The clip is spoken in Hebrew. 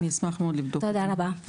תודה רבה.